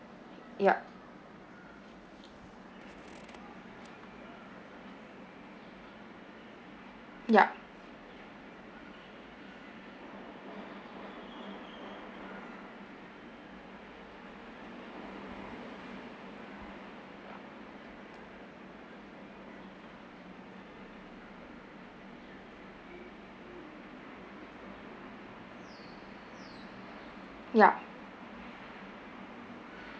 yup yup yup